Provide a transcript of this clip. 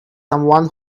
someone